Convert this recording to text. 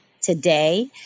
today